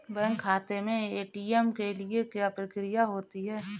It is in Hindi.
बैंक खाते में ए.टी.एम के लिए क्या प्रक्रिया होती है?